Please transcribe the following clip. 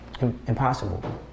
impossible